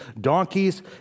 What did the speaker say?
donkeys